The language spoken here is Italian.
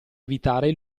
evitare